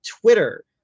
Twitter